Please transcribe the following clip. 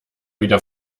wieder